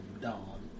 dawn